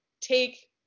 take